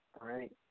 right